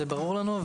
זה ברור לנו,